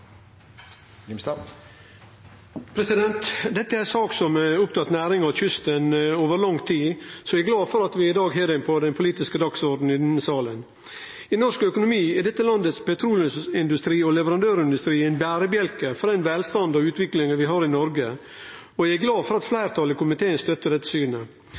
håpe. Dette er ei sak som har opptatt næringa og kysten over lang tid, så eg er glad for at vi i dag har ho på den politiske dagsordenen i denne salen. I norsk økonomi er landets petroleumsindustri og leverandørindustrien berebjelken for den velstanden og utviklinga vi har i Noreg, og eg er glad for at fleirtalet i komiteen støttar dette synet.